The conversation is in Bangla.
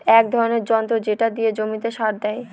এক ধরনের যন্ত্র যেটা দিয়ে জমিতে সার দেয়